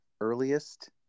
earliest